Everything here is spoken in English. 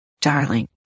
Darling